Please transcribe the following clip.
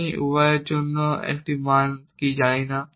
আমি y এর জন্য এই মান কি জানি না